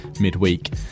midweek